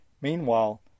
Meanwhile